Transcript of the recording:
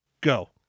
Go